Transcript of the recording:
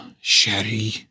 Sherry